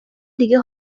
دیگه